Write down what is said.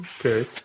Good